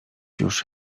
już